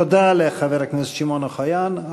תודה לחבר הכנסת שמעון אוחיון.